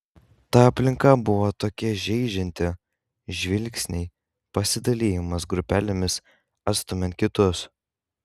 ta aplinka buvo tokia žeidžianti žvilgsniai pasidalijimas grupelėmis atstumiant kitus